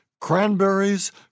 Cranberries